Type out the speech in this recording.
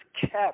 kept